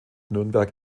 nürnberg